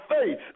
faith